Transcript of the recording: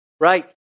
right